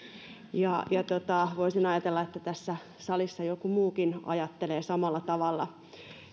ja ja voisin ajatella että tässä salissa joku muukin ajattelee samalla tavalla